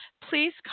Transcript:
please